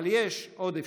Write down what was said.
אבל יש עוד אפשרות: